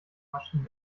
maschine